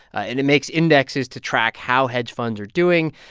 and it makes indexes to track how hedge funds are doing.